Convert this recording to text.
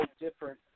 different